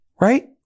Right